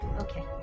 okay